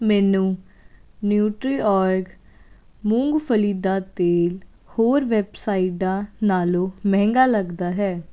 ਮੈਨੂੰ ਨੁਟਰੀਓਰਗ ਮੂੰਗਫਲੀ ਦਾ ਤੇਲ ਹੋਰ ਵੈੱਬਸਾਈਟਾਂ ਨਾਲੋਂ ਮਹਿੰਗਾ ਲੱਗਦਾ ਹੈ